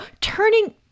turning